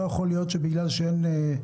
לא יכול להיות שבגלל שאין נהג,